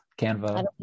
Canva